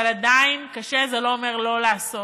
אבל עדיין קשה זה לא אומר לא לעשות.